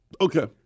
Okay